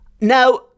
Now